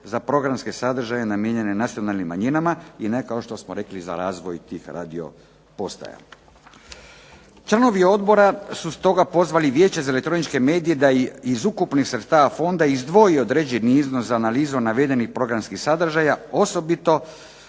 za programske sadržaje namijenjene nacionalnim manjinama i ne kao što smo rekli za razvoj tih radio postaja. Članovi odbora su stoga pozvali Vijeće za elektroničke medije da iz ukupnih sredstava fonda izdvoji određeni iznos za analizu navedenih programskih sadržaja osobito